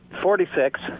Forty-six